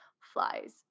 flies